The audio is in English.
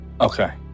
Okay